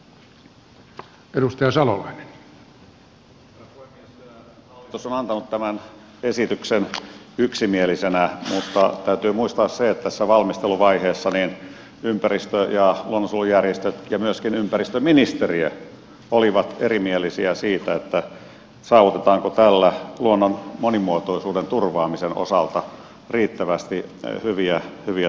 hallitus on antanut tämän esityksen yksimielisenä mutta täytyy muistaa se että tässä valmisteluvaiheessa ympäristö ja luonnonsuojelujärjestöt ja myöskin ympäristöministeriö olivat erimielisiä siitä saavutetaanko tällä luonnon monimuotoisuuden turvaamisen osalta riittävästi hyviä tuloksia